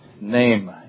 name